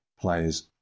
players